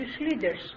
leaders